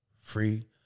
free